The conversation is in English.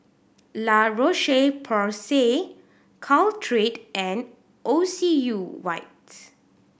La Roche Porsay Caltrate and Ocuvite